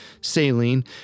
saline